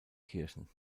kirchen